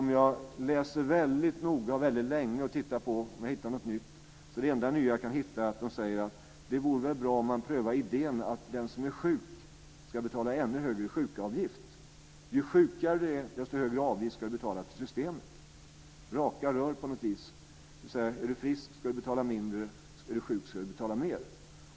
Om jag läser väldigt noga och länge är det enda nya som jag kan hitta att de skriver att det vore bra om man kunde pröva idén om att den som är sjuk ska betala ännu högre sjukavgift. Ju sjukare du är, desto högre avgift ska du betala till systemet. Det är raka rör: Är du frisk ska du betala mindre, är du sjuk ska du betala mer.